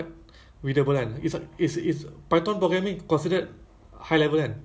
uh they use like they use words like can be understood then it's high level right